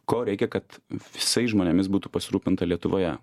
ko reikia kad visais žmonėmis būtų pasirūpinta lietuvoje